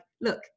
look